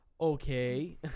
Okay